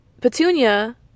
Petunia